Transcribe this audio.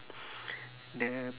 the